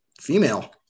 female